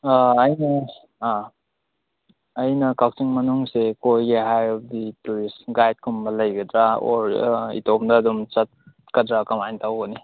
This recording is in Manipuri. ꯑꯩꯅ ꯑꯩꯅ ꯀꯛꯆꯤꯡ ꯃꯅꯨꯡꯁꯦ ꯀꯣꯏꯒꯦ ꯍꯥꯏꯔꯕꯗꯤ ꯇꯨꯔꯤꯁ ꯒꯥꯏꯗ ꯀꯨꯝꯕ ꯂꯩꯒꯗ꯭ꯔꯥ ꯑꯣꯔ ꯏꯇꯣꯝꯗ ꯑꯗꯨꯝ ꯆꯠꯀꯗ꯭ꯔꯥ ꯀꯃꯥꯏꯅ ꯇꯧꯒꯅꯤ